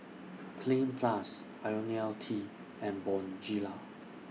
Cleanz Plus Ionil T and Bonjela